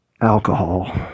alcohol